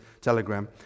telegram